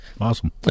Awesome